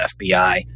FBI